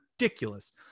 ridiculous